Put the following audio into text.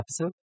episode